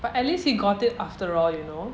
but at least he got it afterall you know